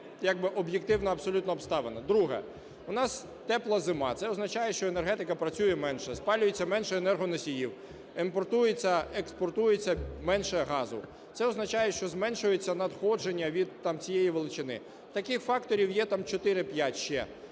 як би об’єктивна абсолютно обставина. Друге. У нас тепла зима. Це означає, що енергетика працює менше, спалюється менше енергоносіїв, імпортується, експортується менше газу. Це означає, що зменшуються надходження від цієї величини. Таких факторів є чотири-п'ять